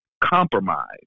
compromise